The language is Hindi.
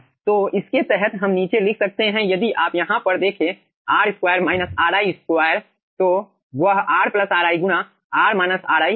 तो इसके तहत हम नीचे लिख सकते हैं यदि आप यहाँ पर देखें तो वह r ri गुणा होगा